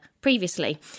previously